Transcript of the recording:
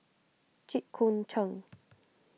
Jit Koon Ch'ng